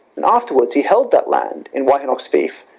and afterwards he held that land and wihenoc's fief,